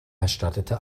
erstattete